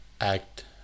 act